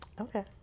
Okay